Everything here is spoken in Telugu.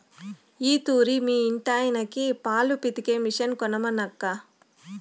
ఈ తూరి మీ ఇంటాయనకి పాలు పితికే మిషన్ కొనమనక్కా